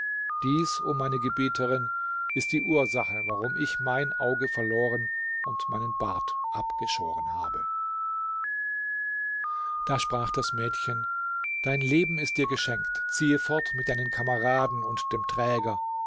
dies o meine gebieterin ist die ursache warum ich mein auge verloren und meinen bart abgeschoren habe da sprach das mädchen dein leben ist dir geschenkt ziehe fort mit deinen kameraden und dem träger